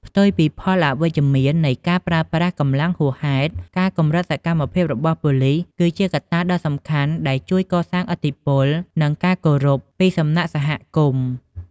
ផ្ទុយពីផលប៉ះពាល់អវិជ្ជមាននៃការប្រើប្រាស់កម្លាំងហួសហេតុ ការកម្រិតសកម្មភាពរបស់ប៉ូលីស គឺជាកត្តាដ៏សំខាន់ដែលជួយ កសាងឥទ្ធិពល និងការគោរព ពីសំណាក់សហគមន៍។